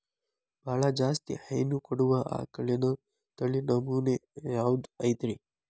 ಬಹಳ ಜಾಸ್ತಿ ಹೈನು ಕೊಡುವ ಆಕಳಿನ ತಳಿ ನಮೂನೆ ಯಾವ್ದ ಐತ್ರಿ?